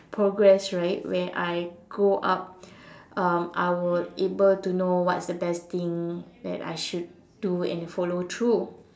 progress right where I grow up um I will able to know what's the best thing that I should do and follow through